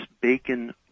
Bacon